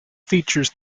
features